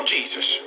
Jesus